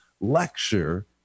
lecture